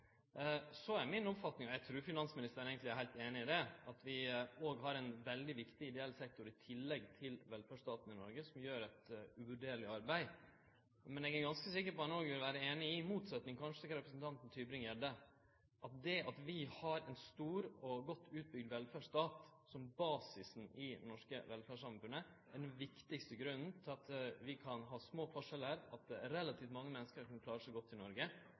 Så er mi oppfatning, og eg trur eigentleg finansministeren er heilt einig i det, at vi òg har ein veldig viktig delsektor i tillegg til velferdsstaten i Noreg som gjer eit uvurderleg arbeid. Eg er ganske sikker på at han òg vil vere einig i, kanskje i motsetning til representanten Tybring-Gjedde, at det at vi har ein stor og godt utbygd velferdsstat som basis i det norske samfunnet, er den viktigaste grunnen til at vi kan ha små forskjellar, og at relativt mange menneske kan klare seg godt i Noreg,